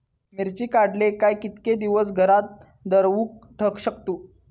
मिर्ची काडले काय कीतके दिवस घरात दवरुक शकतू?